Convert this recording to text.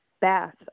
bath